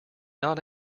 not